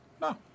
no